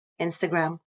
Instagram